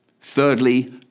Thirdly